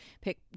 pick